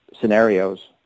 scenarios